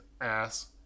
ass